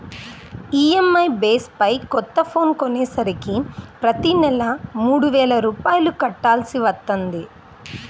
EMI base పై కొత్త phone కొనేసరికి ప్రతి నెలా మూడు వేల రూపాయలు కట్టాల్సి వత్తంది